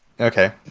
okay